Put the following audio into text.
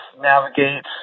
navigate